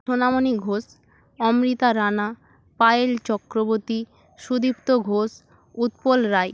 Sonamoni Ghosh Amrita Rana Payel Chakraborty Sudipta Ghosh Utpal Roy